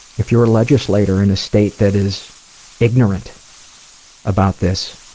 if you're a legislator in a state that is ignorant about this,